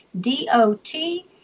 d-o-t